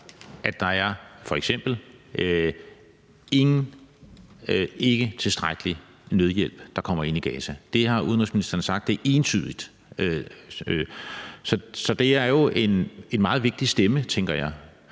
der er f.eks. ikke tilstrækkelig nødhjælp, der kommer ind i Gaza. Det har udenrigsministeren sagt entydigt. Så det er jo en meget vigtig stemme, tænker jeg.